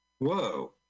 whoa